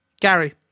Gary